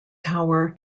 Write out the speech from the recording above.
tower